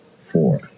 four